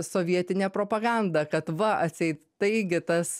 sovietinė propaganda kad va atseit taigi tas